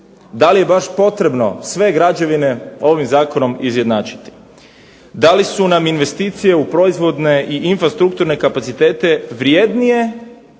DA li je baš potrebno sve građevine ovim Zakonom ujednačiti, da li su nam investicije u proizvodne i infrastrukturne kapacitete vrednije